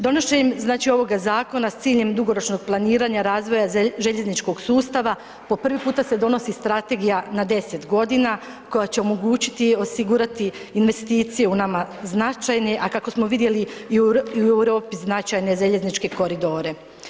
Donošenjem znači ovoga zakona s ciljem dugoročnog planiranja razvoja željezničkog sustava po prvi puta se donosi strategija na 10 godina, koja će omogućiti osigurati investicije u nama značajne, a kako smo vidjeli i u Europi značajne željezničke koridore.